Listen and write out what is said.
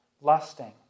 lusting